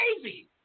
crazy